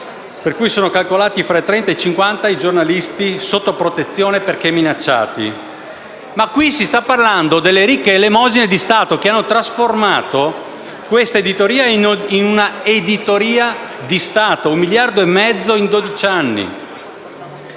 Sono, infatti, tra i 30 e i 50 i giornalisti sotto protezione perché minacciati. Qui si sta parlando delle ricche elemosine di Stato che hanno trasformato questa editoria in un'editoria di Stato (1,5 miliardi in dodici anni).